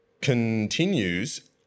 continues